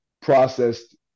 processed